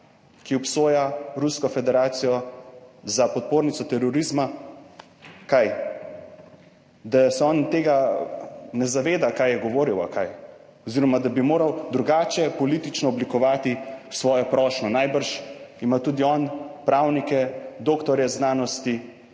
ki obsoja Rusko federacijo za podpornico terorizma. Kaj, da se on tega ne zaveda, kaj je govoril ali kaj oziroma da bi moral drugače politično oblikovati svojo prošnjo? Najbrž ima tudi on pravnike, doktorje znanosti